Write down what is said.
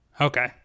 Okay